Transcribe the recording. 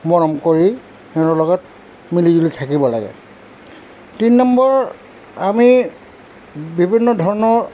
মৰম কৰি ইহঁতৰ লগত মিলিজুলি থাকিব লাগে তিনি নম্বৰ আমি বিভিন্ন ধৰণৰ